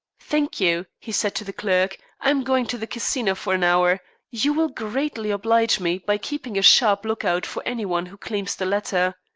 thank you, he said to the clerk. i am going to the casino for an hour you will greatly oblige me by keeping a sharp lookout for any one who claims the letter.